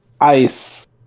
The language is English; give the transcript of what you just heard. ice